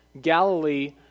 Galilee